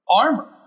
armor